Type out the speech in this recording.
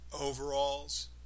overalls